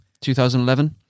2011